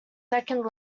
second